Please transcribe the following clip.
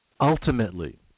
ultimately